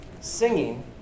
singing